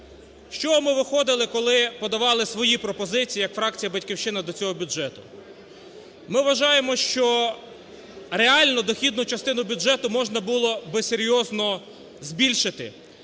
чого ми виходили, коли подавали свої пропозиції як фракція "Батьківщина" до цього бюджету? Ми вважаємо, що реально дохідну частину бюджету можна було би серйозно збільшити.